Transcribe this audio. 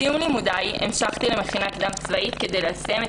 בסיום לימודיי המשכתי למכינה קדם צבאית כדי ליישם את